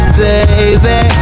baby